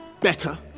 better